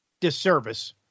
disservice